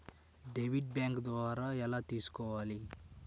Debit bank ద్వారా ఎలా తీసుకోవాలి?